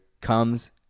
comes